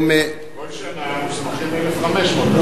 כל שנה מוסמכים 1,500,